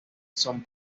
son